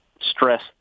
stress